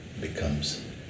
becomes